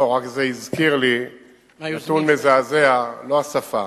זה רק הזכיר לי נתון מזעזע, לא השפה,